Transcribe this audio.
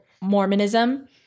Mormonism